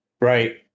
right